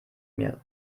mir